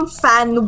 fan